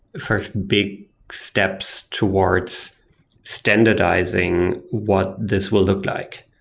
first big steps towards standardizing what this will look like.